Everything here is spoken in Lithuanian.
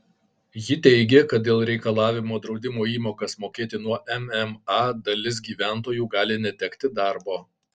ji teigė kad dėl reikalavimo draudimo įmokas mokėti nuo mma dalis gyventojų gali netekti darbo